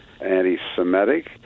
anti-Semitic